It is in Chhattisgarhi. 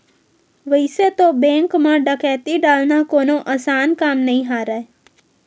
वइसे तो बेंक म डकैती डालना कोनो असान काम नइ राहय